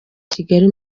kigali